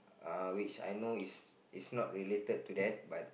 uh which I know is is not related to that but